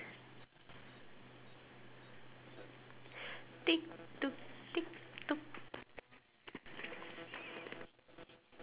tick tock tick tock